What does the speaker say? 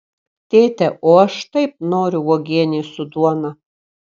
tėte o aš taip noriu uogienės su duona